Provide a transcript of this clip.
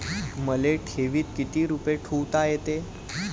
मले ठेवीत किती रुपये ठुता येते?